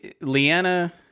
Leanna